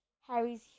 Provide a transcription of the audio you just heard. Harry's